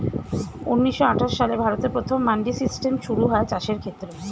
ঊন্নিশো আটাশ সালে ভারতে প্রথম মান্ডি সিস্টেম শুরু হয় চাষের ক্ষেত্রে